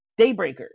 Daybreaker